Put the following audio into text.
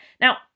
Now